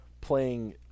playing